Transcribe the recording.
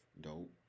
Dope